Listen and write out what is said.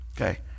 okay